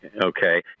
Okay